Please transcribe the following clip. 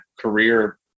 career